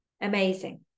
Amazing